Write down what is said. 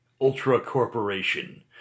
ultra-corporation